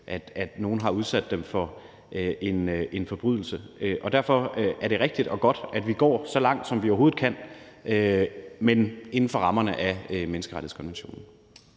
nogle har udsat dem for en forbrydelse. Og derfor er det rigtigt og godt, at vi går så langt, som vi overhovedet kan, men inden for rammerne af menneskerettighedskonventionen.